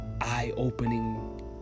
eye-opening